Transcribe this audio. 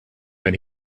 and